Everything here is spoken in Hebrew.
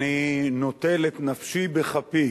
אני נוטל את נפשי בכפי